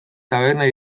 taberna